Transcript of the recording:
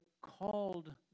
called